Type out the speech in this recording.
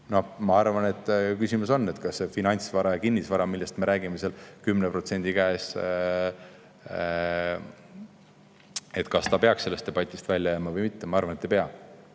Ma arvan, et küsimus on, kas see finantsvara ja kinnisvara, millest me räägime ja mis on selle 10% käes, peaks sellest debatist välja jääma või mitte. Ma arvan, et ei pea.